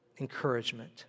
encouragement